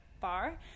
bar